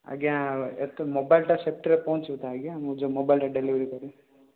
ଆଜ୍ଞା ଏଇଠି ତ ମୋବାଇଲ୍ଟା ସେଫ୍ଟିରେ ପହଞ୍ଚିବ ତ ଆଜ୍ଞା ମୁଁ ଯେଉଁ ମୋବାଇଲ୍ଟା ଡେଲିଭରି କରିବି